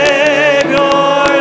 Savior